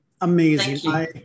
amazing